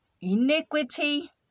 iniquity